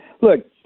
Look